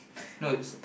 no is